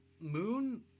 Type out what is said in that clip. Moon